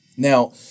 Now